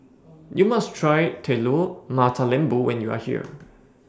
YOU must Try Telur Mata Lembu when YOU Are here